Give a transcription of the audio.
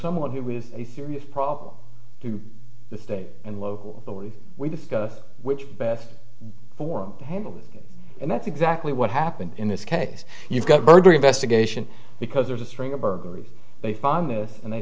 someone who was a serious problem to the state and local authority we discussed which best form to handle it and that's exactly what happened in this case you've got murder investigation because there's a string of burglaries they found this and they